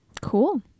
Cool